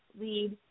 Lead